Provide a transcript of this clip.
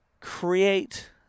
create